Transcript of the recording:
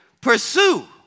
pursue